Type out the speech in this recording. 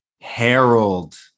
Harold